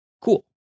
cool